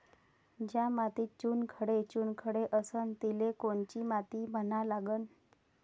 ज्या मातीत चुनखडे चुनखडे असन तिले कोनची माती म्हना लागन?